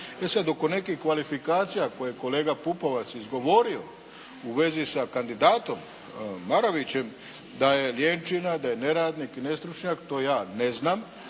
E sad, oko nekih kvalifikacija koje je kolega Pupovac izgovorio u vezi sa kandidatom Marovićem da je lijenčina, da je neradnik i nestručnjak, to je ne znam,